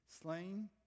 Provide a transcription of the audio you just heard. slain